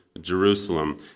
Jerusalem